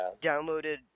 downloaded